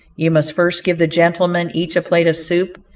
you must first give the gentlemen each a plate of soup,